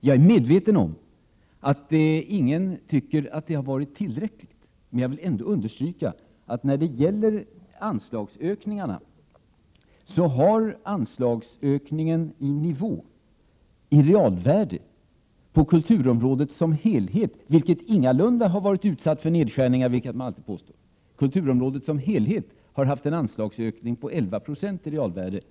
Jag är medveten om att ingen tycker att det har varit tillräckligt, men jag vill ändå understryka att nivån på anslagsökningen på kulturområdet som helhet — vilket ingalunda har varit utsatt för nedskärningar, vilket alltid påstås — i realvärde har varit 11 96 under denna period.